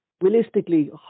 Realistically